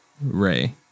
Ray